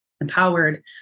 empowered